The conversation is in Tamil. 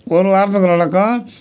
ஒரு வாரத்துக்கு நடக்கும்